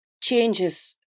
changes